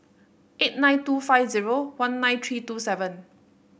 eight nine two five zero one nine three two seven